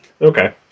Okay